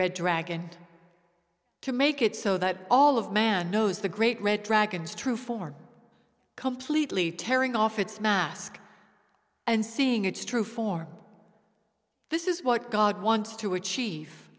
red dragon and to make it so that all of man knows the great red dragons true form completely tearing off its mask and seeing its true for this is what god wants to achieve